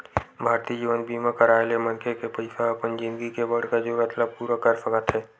भारतीय जीवन बीमा कराय ले मनखे के पइसा ह अपन जिनगी के बड़का जरूरत ल पूरा कर सकत हे